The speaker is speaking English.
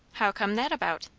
how come that about?